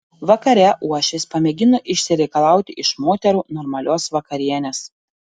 vakare uošvis pamėgino išsireikalauti iš moterų normalios vakarienės